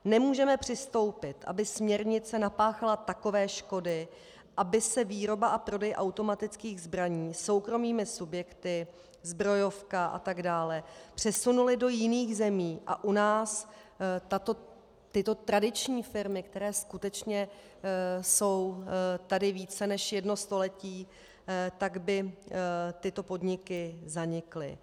Nemůžeme přistoupit na to, aby směrnice napáchala takové škody, aby se výroba a prodej automatických zbraní soukromými subjekty, Zbrojovka a tak dále, přesunuly do jiných zemí a u nás tyto tradiční firmy, které skutečně tady jsou více než jedno století, tak by tyto podniky zanikly.